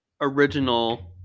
Original